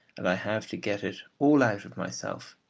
and i have to get it all out of myself.